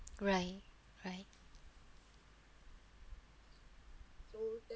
right right